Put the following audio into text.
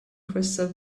crystal